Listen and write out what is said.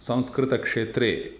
संस्कृतक्षेत्रे